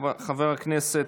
למה אינו נוכח?